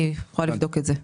אני יכולה לבדוק את זה.